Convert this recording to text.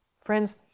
Friends